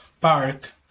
park